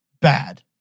bad